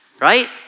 right